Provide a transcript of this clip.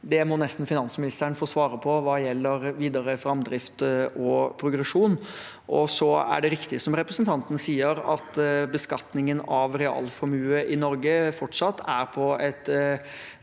Det må nesten finansministeren få svare på hva gjelder videre framdrift og progresjon. Det er riktig, som representanten sier, at beskatningen av realformue i Norge fortsatt er på et